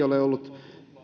ole ollut